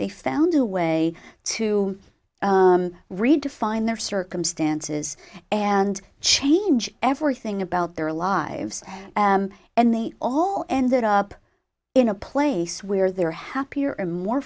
they found a way to redefine their circumstances and change everything about their lives and they all ended up in a place where they're happier or more